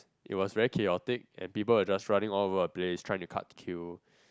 it was very chaotic and people were just running all over the place trying to cut the queue